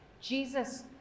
Jesus